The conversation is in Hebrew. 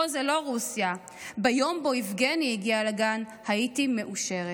/ פה זה לא רוסיה! / ביום בו יבגני הגיע לגן / הייתי מאושרת".